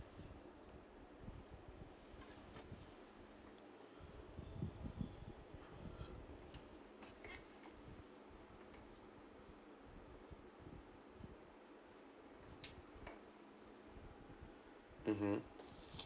mmhmm